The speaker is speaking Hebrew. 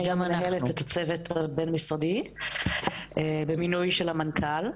אני היום מנהלת את הצוות הבין משרדי במינוי של המנכ"ל,